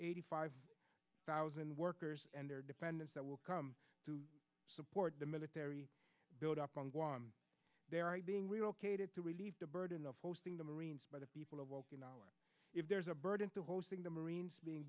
eighty five thousand workers and their dependents that will come to support the military buildup on guam being relocated to relieve the burden of hosting the marines by the people of okinawa if there is a burden to hosting the marines being